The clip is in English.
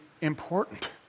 important